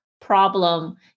problem